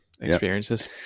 experiences